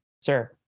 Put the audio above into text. sir